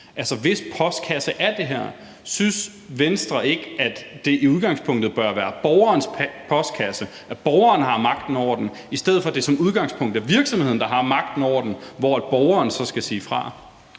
Altså, hvis postkasse er det her? Synes Venstre ikke, at det i udgangspunktet bør være borgerens postkasse, at borgeren har magten over den, i stedet for at det som udgangspunkt er virksomhederne, der har magten over den, og hvor borgeren så skal sige fra?